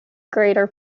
greater